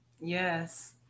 Yes